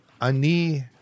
ani